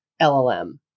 LLM